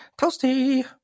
toasty